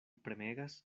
premegas